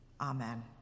Amen